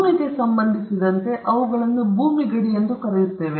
ಭೂಮಿಗೆ ಸಂಬಂಧಿಸಿದಂತೆ ನಾವು ಅವುಗಳನ್ನು ಭೂಮಿ ಗಡಿ ಎಂದು ಕರೆಯುತ್ತೇವೆ